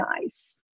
nice